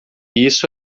isso